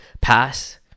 pass